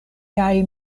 kaj